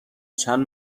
چند